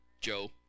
Joe